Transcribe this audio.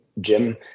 Jim